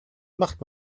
macht